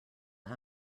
how